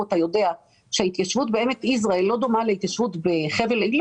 אותה יודע שההתיישבות בעמק יזרעאל לא דומה להתיישבות בחבל אחר